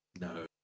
No